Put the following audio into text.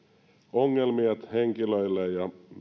sisäilmaongelmia henkilöille